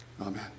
Amen